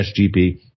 SGP